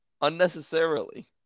unnecessarily